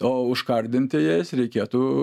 o užkardinti jas reikėtų